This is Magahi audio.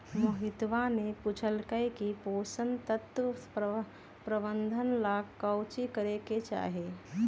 मोहितवा ने पूछल कई की पोषण तत्व प्रबंधन ला काउची करे के चाहि?